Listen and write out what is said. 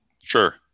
Sure